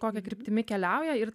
kokia kryptimi keliauja ir